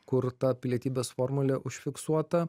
kur ta pilietybės formulė užfiksuota